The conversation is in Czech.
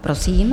Prosím.